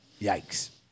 Yikes